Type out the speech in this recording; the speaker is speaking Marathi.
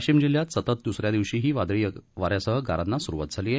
वाशीम जिल्ह्यात सतत दुसऱ्या दिवशी हीं वादळी वाऱ्यासह गारांना सुरुवात झाली आहे